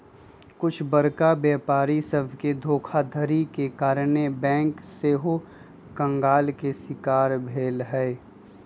कुछ बरका व्यापारी सभके धोखाधड़ी के कारणे बैंक सेहो कंगाल के शिकार भेल हइ